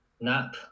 nap